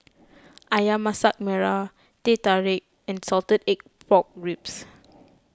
Ayam Masak Merah Teh Tarik and Salted Egg Pork Ribs